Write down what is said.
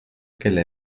qu’elle